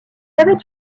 avait